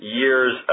years